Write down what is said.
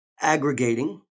aggregating